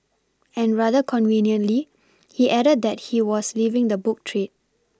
and rather conveniently he added that he was leaving the book trade